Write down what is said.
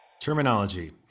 Terminology